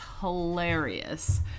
hilarious